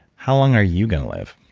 how long are you going to live?